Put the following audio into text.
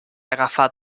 agafar